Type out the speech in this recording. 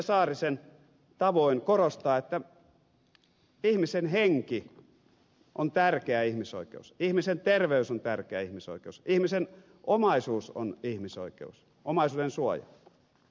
saarisen tavoin korostaa että ihmisen henki on tärkeä ihmisoikeus ihmisten terveys on tärkeä ihmisoikeus ihmisten omaisuus on ihmisoikeus omaisuudensuoja